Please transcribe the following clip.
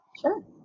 Sure